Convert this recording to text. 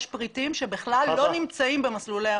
יש פריטים שבכלל לא נמצאים במסלול.